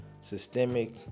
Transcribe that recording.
systemic